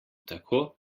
tako